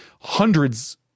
hundreds